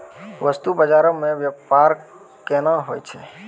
बस्तु बजारो मे व्यपार केना होय छै?